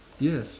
yes